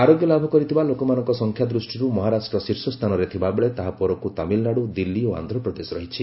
ଆରୋଗ୍ୟ ଲାଭ କରିଥିବା ଲୋକମାନଙ୍କ ସଂଖ୍ୟା ଦୃଷ୍ଟିର୍ ମହାରାଷ୍ଟ୍ର ଶୀର୍ଷ ସ୍ଥାନରେ ଥିବା ବେଳେ ତାହା ପରକୁ ତାମିଲନାଡ଼ୁ ଦିଲ୍ଲୀ ଓ ଆନ୍ଧ୍ରପ୍ରଦେଶ ରହିଛି